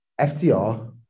FTR